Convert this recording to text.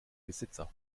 besitzer